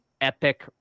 epic